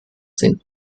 sind